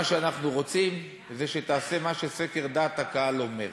מה שאנחנו רוצים זה שתעשה מה שסקר דעת הקהל אומר.